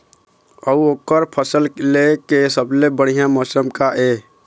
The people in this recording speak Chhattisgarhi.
अऊ ओकर फसल लेय के सबसे बढ़िया मौसम का ये?